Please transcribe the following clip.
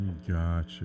Gotcha